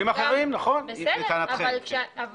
לא